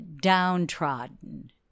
downtrodden